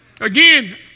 Again